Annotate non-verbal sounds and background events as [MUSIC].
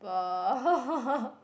uh [LAUGHS]